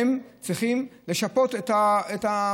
הן צריכות לשפות את המבוטח.